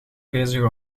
bezig